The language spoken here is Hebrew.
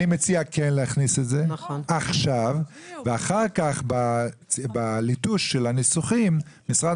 כן להכניס את זה עכשיו ואחר כך בליטוש של הניסוחים משרד